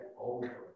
over